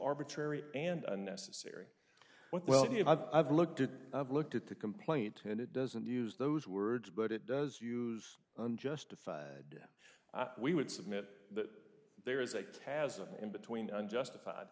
arbitrary and unnecessary what well i've looked at i've looked at the complaint and it doesn't use those words but it does use unjustified we would submit that there is a has an in between unjustified